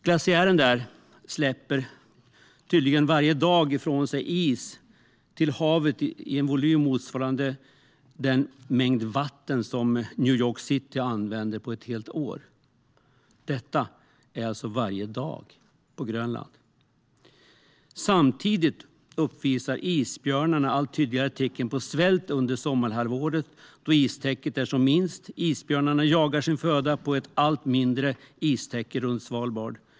Glaciären släpper tydligen varje dag ifrån sig is till havet i en volym motsvarande den mängd vatten som New York City använder på ett helt år. Detta sker alltså varje dag på Grönland. Samtidigt uppvisar isbjörnarna allt tydligare tecken på svält under sommarhalvåret, då istäcket är som minst. Isbjörnarna jagar sin föda på ett allt mindre istäcke runt Svalbard.